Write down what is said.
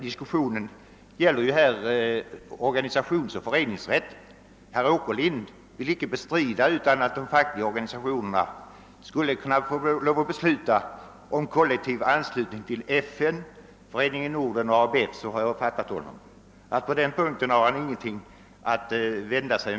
Diskussionen gäller ju organisationsoch föreningsrätten. Herr Åkerlind vill inte bestrida att de fackliga organisationerna kan besluta om kollektiv anslutning till FN-föreningen och ABF — så har jag uppfattat vad han har sagt.